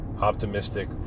optimistic